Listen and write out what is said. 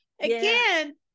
again